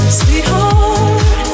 sweetheart